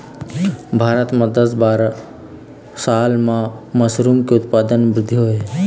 भारत म दस बारा साल म मसरूम के उत्पादन म बृद्धि होय हे